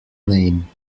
name